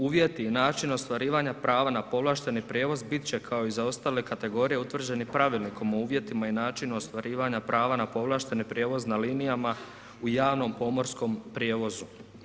Uvjeti i načini ostvarivanja prava na povlašteni prijevoz bit će kao i za ostale kategorije utvrđeni Pravilnikom o uvjetima i načinu ostvarivanja prava na povlašteni prijevoz na linijama u javnom pomorskom prijevozu.